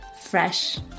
fresh